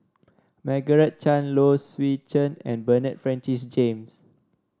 Margaret Chan Low Swee Chen and Bernard Francis James